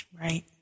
Right